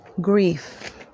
Grief